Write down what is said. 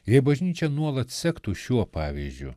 jei bažnyčia nuolat sektų šiuo pavyzdžiu